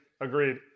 Agreed